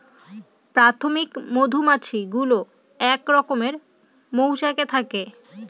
প্রাথমিক মধুমাছি গুলো এক রকমের মৌচাকে থাকে